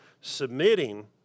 submitting